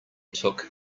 took